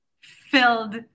filled